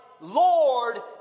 Lord